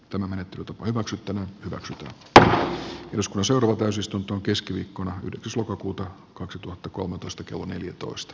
tämä menetti tukun roxetten hyväksy että joskus orvo täysistuntoon keskiviikkona yhdeksäs lokakuuta kaksituhattakolmetoista kello neljätoista